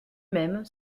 même